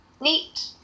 neat